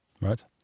Right